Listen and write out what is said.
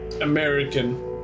American